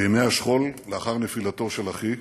בימי השכול, לאחר נפילתו של אחי.